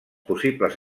possibles